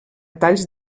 talls